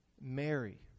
Mary